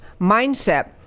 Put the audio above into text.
mindset